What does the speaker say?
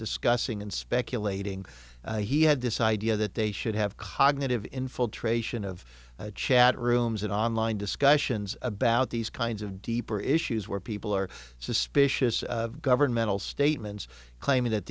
discussing and speculating he had this idea that they should have cognitive infiltration of chat rooms and online discussions about these kinds of deeper issues where people are suspicious of governmental statements claiming that